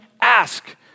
ask